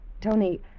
Tony